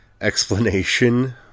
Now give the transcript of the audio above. explanation